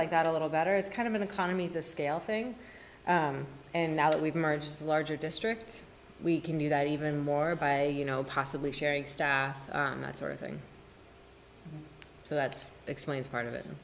like that a little better it's kind of an economy it's a scale thing and now that we've merged the larger districts we can do that even more by you know possibly sharing staff that sort of thing so that explains part of it